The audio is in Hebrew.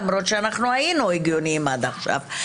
למרות שהיינו הגיוניים עד עכשיו.